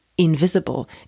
invisible